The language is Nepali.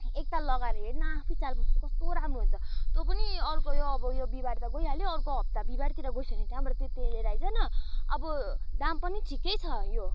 एकताल लगाएर हेर न आफै चाल पाउँछस् तँ पनि अब यो बिहिबार त गइहाल्यो अर्को हप्ता बिहिबारतिर गइस् भने त्यहाँबाट त्यो तेल लिएर आइज न अब दाम पनि ठिकै छ यो